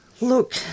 Look